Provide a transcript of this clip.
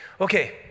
Okay